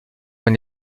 j’en